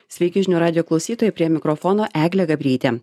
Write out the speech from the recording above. sveiki žinių radijo klausytojai prie mikrofono eglė gabrytė